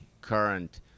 current